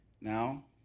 Now